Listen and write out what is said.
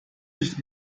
nicht